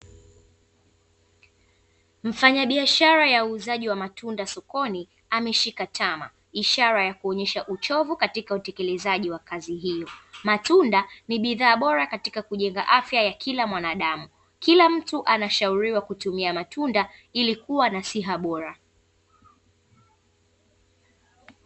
Mfanyabiashara ya uuzaji wa matunda sokoni, ameshika tama, ishara ya kuonyesha uchovu katika utekelezaji wa kazi hiyo. Matunda ni bidhaa bora katika kujenga afya ya kila mwanadamu, kila mtu anashauriwa kutumia matunda ili kuwa na siha bora.